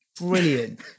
brilliant